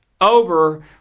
over